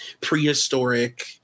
prehistoric